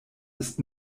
ist